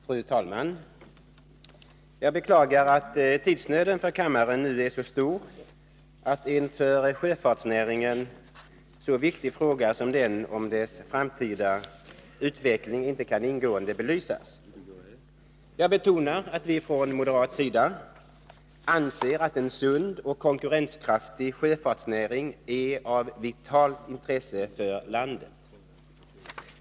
Fru talman! Jag beklagar att tidsnöden för kammaren nu är så stor att en för sjöfartsnäringen så viktig fråga som den om dess framtida utveckling inte kan ingående belysas. Jag betonar att vi från moderat sida anser att en sund och konkurrenskraftig sjöfartsnäring är av vitalt intresse för landet.